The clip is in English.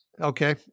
Okay